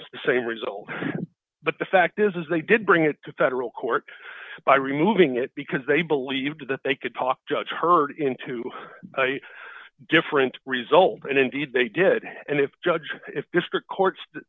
to the same result but the fact is they did bring it to federal court by removing it because they believed that they could talk judge her into a different result and indeed they did and if judge if district court's